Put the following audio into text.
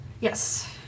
Yes